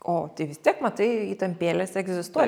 o tai vis tiek matai įtampėlės egzistuoja